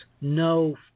No